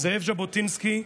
זאב ז'בוטינסקי,